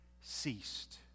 ceased